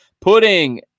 putting